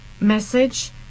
message